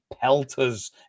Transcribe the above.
pelters